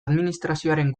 administrazioaren